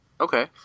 Okay